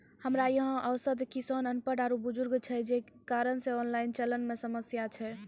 हमरा यहाँ औसत किसान अनपढ़ आरु बुजुर्ग छै जे कारण से ऑनलाइन चलन मे समस्या छै?